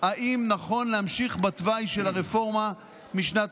אם אפשר להמשיך בתוואי של הרפורמה משנת